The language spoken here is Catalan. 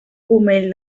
pomell